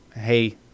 hey